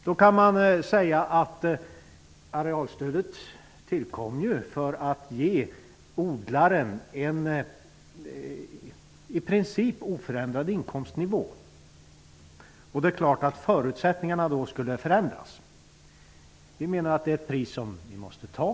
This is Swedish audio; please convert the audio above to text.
Då kan man hävda att arealstödet tillkom för att ge odlaren en i princip oförändrad inkomstnivå. Det är klart att förutsättningarna då förändrades. Det är ett pris som vi måste betala.